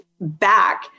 back